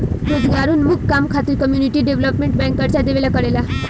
रोजगारोन्मुख काम खातिर कम्युनिटी डेवलपमेंट बैंक कर्जा देवेला करेला